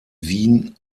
wien